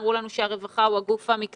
אמרו לנו שהרווחה הוא הגוף המקצועי,